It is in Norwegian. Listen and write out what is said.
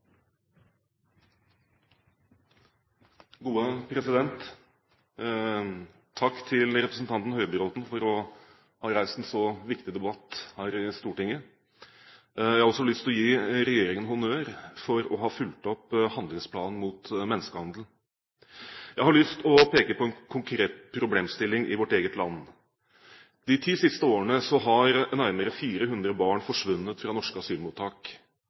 Takk til representanten Høybråten for å ha reist en så viktig debatt her i Stortinget. Jeg har også lyst til å gi regjeringen honnør for å ha fulgt opp handlingsplanen mot menneskehandel. Jeg har lyst til å peke på en konkret problemstilling i vårt eget land. De ti siste årene har nærmere 400 barn forsvunnet fra norske asylmottak,